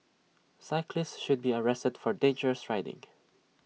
cyclist should be arrested for dangerous riding